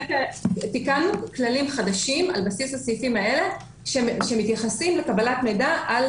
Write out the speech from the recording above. תיקנו כללים חדשים על בסיס הסעיפים האלה שמתייחסים לקבלת מידע על